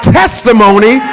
testimony